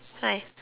hi